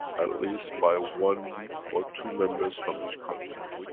at at least, by one or two members from each continent.